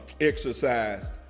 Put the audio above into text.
exercise